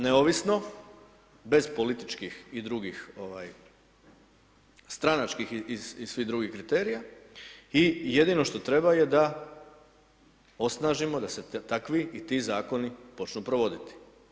Neovisno, bez političkih i drugih, ovaj, stranačkih i svih drugih kriterija i jedino što treba je da osnažimo, da se takvi i ti zakoni počnu provoditi.